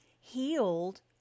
healed